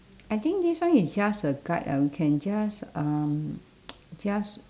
I think this one is just a guide ah we can just um just